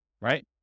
right